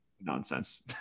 nonsense